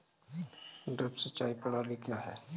Drip सिंचाई प्रणाली क्या है?